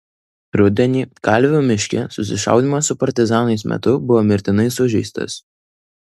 rudenį kalvių miške susišaudymo su partizanais metu buvo mirtinai sužeistas